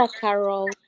Carol